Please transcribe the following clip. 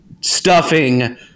stuffing